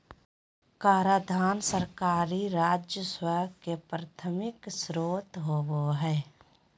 कराधान सरकारी राजस्व के प्राथमिक स्रोत होबो हइ